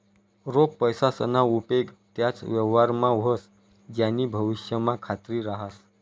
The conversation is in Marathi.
रोख पैसासना उपेग त्याच व्यवहारमा व्हस ज्यानी भविष्यमा खात्री रहास